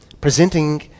Presenting